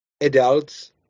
adults